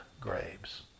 graves